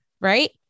Right